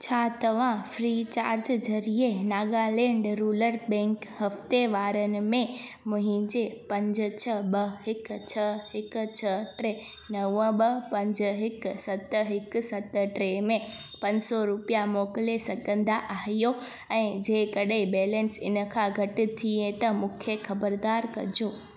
छा तव्हां free charge ज़रिए नागालैंड रुलर बैंक हफ़्ते वारनि में मुंहिंजे पंज छह ॿ हिकु छह हिकु छह टे नव ॿ पंज हिकु सत हिकु सत टे में पंज सौ रुपिया मोकिले सघंदा आहियो ऐं जंहिंकॾहिं बैलेंस इन खां घटि थिए त मूंखे खबरदार कजो